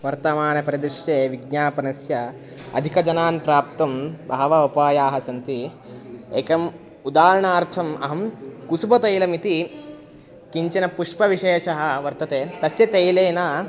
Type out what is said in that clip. वर्तमाने प्रदृश्य विज्ञापनस्य अधिकजनान् प्राप्तुं बहवः उपायाः सन्ति एकम् उदाहरणार्थम् अहं कुसुमतैलमिति किञ्चन पुष्पविशेषः वर्तते तस्य तैलेन